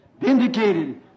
Vindicated